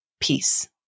peace